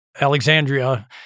Alexandria